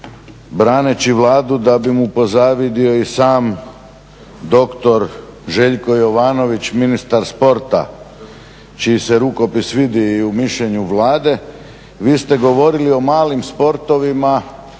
braneći Vladu da bi mu pozavidio i sam doktor Željko Jovanović, ministar sporta čiji se rukopis vidi i u mišljenju Vlade. Vi ste govorili o malim sportovima